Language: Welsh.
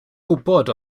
gwybod